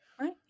right